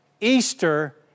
Easter